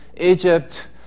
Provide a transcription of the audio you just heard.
Egypt